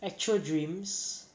actual dreams